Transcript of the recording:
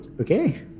Okay